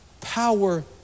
Power